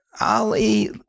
Ali